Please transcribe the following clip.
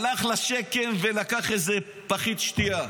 הלך לשקם ולקח פחית שתייה.